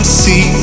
see